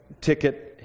ticket